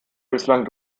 bislang